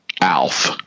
Alf